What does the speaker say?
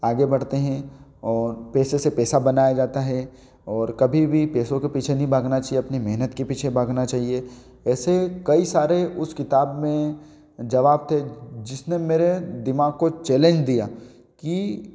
आगे बढ़ते है और पैसे से पैसा बनाया जाता है और कभी भी पैसों के पीछे नहीं भागना चाहिए अपनी मेहनत के पीछे भागना चाहिए ऐसे कई सारे उसे किताब में जवाब थे जिसने मेरे दिमाग को चेलेंज दिया कि